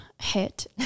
hit